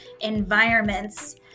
environments